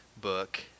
book